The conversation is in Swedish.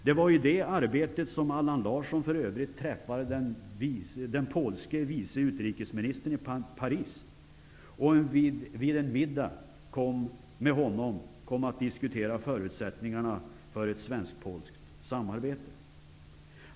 Det var i det arbetet som Allan Larsson för övrigt träffade den polske vice utrikesministern i Paris och vid en middag med honom kom att diskutera förutsättningarna för ett svenskt-polskt samarbete.